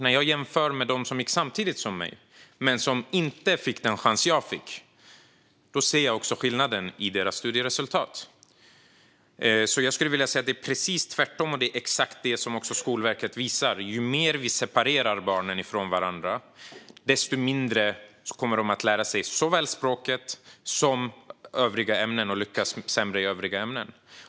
När jag jämför med dem som gick samtidigt som jag men inte fick den chans som jag fick ser jag skillnaden i deras studieresultat. Jag skulle därför vilja säga att det är precis tvärtom, vilket är exakt vad Skolverket visar: Ju mer vi separerar barnen från varandra, desto mindre kommer de att lära sig såväl språket som övriga ämnen, som de lyckas sämre i.